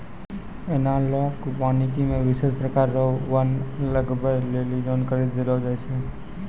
एनालाँक वानिकी मे विशेष प्रकार रो वन लगबै लेली जानकारी देलो जाय छै